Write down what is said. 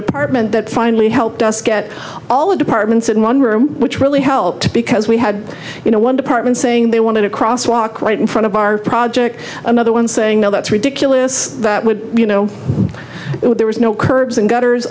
department that finally helped us get all the departments in one room which really helped because we had you know one department saying they wanted a crosswalk right in front of our project another one saying no that's ridiculous you know there was no curbs and gutters